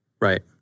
Right